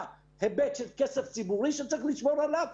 היבט של כסף ציבורי שאני צריך לשמור עליו,